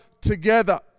together